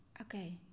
okay